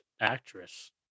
actress